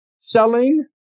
Selling